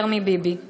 יותר מביבי";